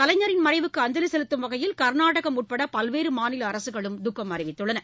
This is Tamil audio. கலைஞரின் மறைவுக்கு அஞ்சலி செலுத்தும் வகையில் கா்நாடக உட்பட பல்வேறு மாநில அரசுகளும் துக்கம் அறிவித்துள்ளன